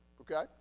okay